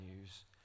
news